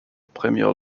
premier